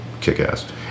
kick-ass